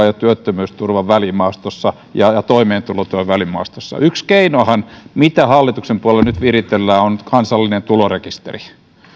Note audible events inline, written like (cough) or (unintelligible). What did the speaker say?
(unintelligible) ja sosiaaliturvan työttömyysturvan ja ja toimeentulotuen välimaastossa yksi keinohan mitä hallituksen puolella nyt viritellään on kansallinen tulorekisteri